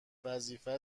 وظیفت